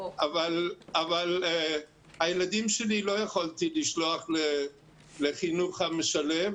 אבל הילדים שלי לא יכולתי לשלוח לחינוך המשלב.